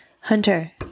Hunter